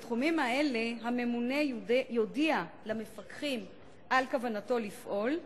בתחומים האלה הממונה יודיע למפקחים על כוונתו לפעול,